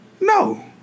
No